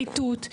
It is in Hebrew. בנחיתות?